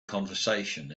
conversation